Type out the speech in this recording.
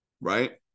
right